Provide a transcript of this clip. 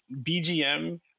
bgm